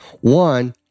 One